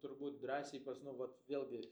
turbūt drąsiai pas nu vat vėlgi